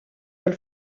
del